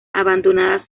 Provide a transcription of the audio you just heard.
abandonada